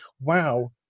wow